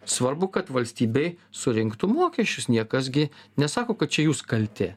svarbu kad valstybei surinktų mokesčius niekas gi nesako kad čia jūs kalti